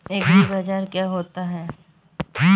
एग्रीबाजार क्या होता है?